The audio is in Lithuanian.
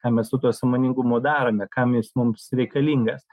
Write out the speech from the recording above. ką mes su tuo sąmoningumu darome kam jis mums reikalingas